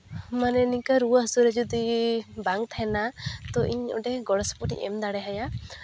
ᱢᱟᱱᱮ ᱱᱤᱝᱠᱟᱹ ᱨᱩᱣᱟᱹ ᱦᱟᱹᱥᱩᱨᱮ ᱡᱩᱫᱤ ᱵᱟᱝ ᱛᱟᱦᱮᱱᱟ ᱛᱚ ᱤᱧ ᱚᱸᱰᱮ ᱜᱚᱲᱚᱥᱚᱯᱚᱦᱚᱫ ᱤᱧ ᱮᱢ ᱫᱟᱲᱮ ᱟᱭᱟ